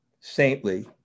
saintly